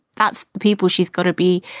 that's people she's got to be,